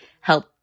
help